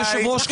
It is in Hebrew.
היושב-ראש,